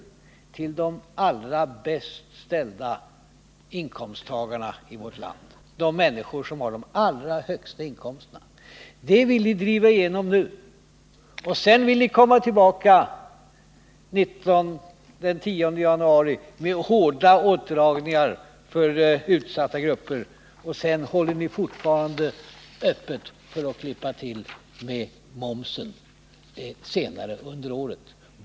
till de allra bäst ställda inkomsttagarna i vårt land, de människor som har de allra högsta inkomsterna? Detta vill ni driva igenom nu, och sedan vill ni komma tillbaka den 10 januari med hårda åtdragningar för utsatta grupper, samtidigt som ni är beredda att senare under året klippa till med momsen.